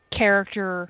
character